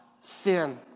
sin